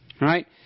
right